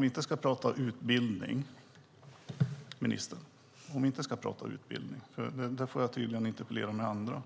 Vi ska inte tala om utbildningen - det får jag tydligen interpellera andra